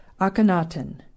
Akhenaten